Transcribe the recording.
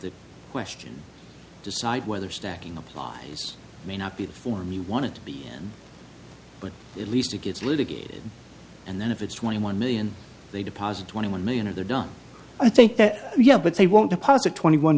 the question decide whether stacking applies may not be the form you want to be but at least it gets litigated and then if it's twenty one million they deposit twenty one million or they're done i think that yeah but they won't deposit twenty one